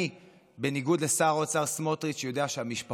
בניגוד לשר האוצר סמוטריץ', יודע שהמשפחות שלכם